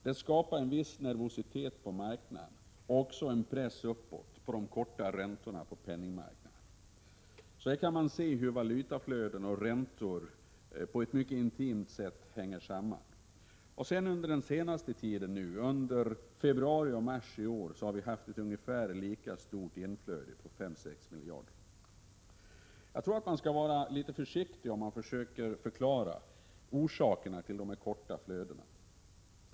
Det skapade en viss nervositet på marknaden och även en press uppåt på de korta räntorna på penningmarknaden. Man kan se hur valutaflöden och räntor på ett mycket intimt sätt hänger samman. Under februari och mars i år har vi haft ett ungefär lika stort inflöde, dvs. på 5—6 miljarder kronor. Jag tror att man skall vara litet försiktig med att söka förklaringar till vad som orsakar dessa korta flöden.